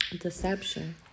Deception